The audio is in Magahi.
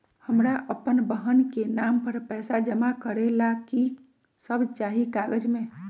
हमरा अपन बहन के नाम पर पैसा जमा करे ला कि सब चाहि कागज मे?